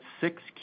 six